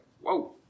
whoa